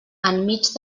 enmig